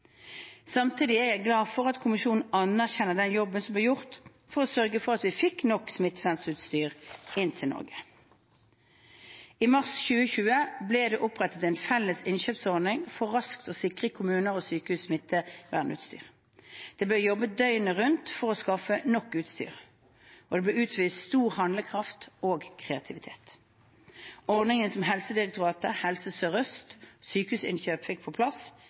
Samtidig er jeg glad for at kommisjonen anerkjenner den jobben som ble gjort for å sørge for at vi fikk nok smittevernutstyr inn til Norge. I mars 2020 ble det opprettet en felles innkjøpsordning for raskt å sikre kommuner og sykehus smittevernutstyr. Det ble jobbet døgnet rundt for å skaffe nok utstyr, og det ble utvist stor handlekraft og kreativitet. Ordningen som Helsedirektoratet, Helse Sør-Øst og Sykehusinnkjøp fikk på plass,